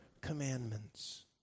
commandments